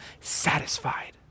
satisfied